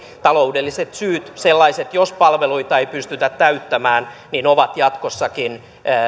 taloudelliset syyt sellaiset joissa palveluita ei pystytä täyttämään ovat jatkossakin